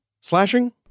slashing